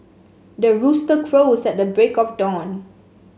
the rooster crows at the break of dawn